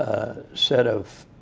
set of